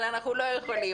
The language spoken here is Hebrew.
אבל אנחנו לא יכולים,